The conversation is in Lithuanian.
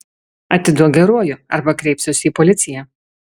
atiduok geruoju arba kreipsiuosi į policiją